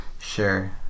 Sure